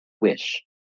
wish